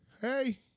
hey